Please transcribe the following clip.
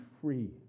free